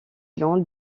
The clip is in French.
lent